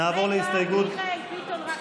רגע, להוסיף את מיכאל ביטון.